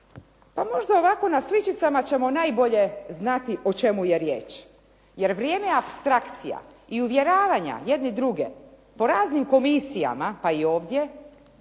Pa možda ovako na sličicama ćemo najbolje znati o čemu je riječ jer vrijeme apstrakcija i uvjeravanja jedni druge po raznim komisijama pa i ovdje